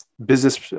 business